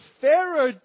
Pharaoh